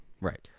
Right